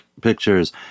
pictures